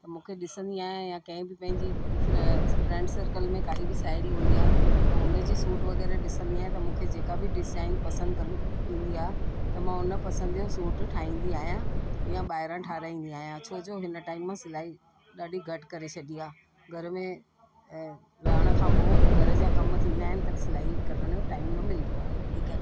मूंखे ॾिसंदी आहियां कंहिं बि पंहिंजी फ्रे फ्रैंड सर्कल में काई बि साहेड़ी हूंदी आहे त हुनजी सूट वग़ैरह ॾिसंदी आहियां त मूंखे जेका बि डिज़ाइन पसंदि कनि ईंदी आहे त मां हुन पसंदि जो सूट ठाहींदी आहियां या ॿाहिरां ठाहिराईंदी आहियां छो जो हिन टाइम मां सिलाई ॾाढी घटि करे छॾी आहे घर में रहण खां पोइ घर जा कमु थींदा आहिनि त सिलाई करण जो टाइम न मिलंदो आहे वधीक